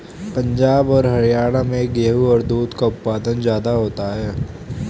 पंजाब और हरयाणा में गेहू और दूध का उत्पादन ज्यादा होता है